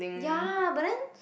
ya but then